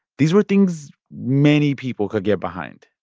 these were things many people could get behind.